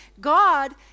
God